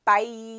Bye